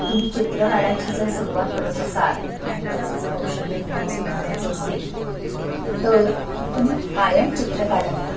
तुम्ही चित्र काढायची जर सुरुवात करत असाल आणि त्याचं जर कौशल्य तुम्हाला सुधारायचं असेल तर तुम्ही कायम चित्र काढत राहा